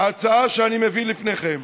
ההצעה שאני מביא לפניכם,